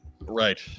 Right